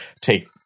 take